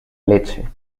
leche